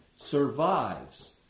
survives